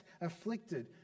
afflicted